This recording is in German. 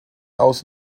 aus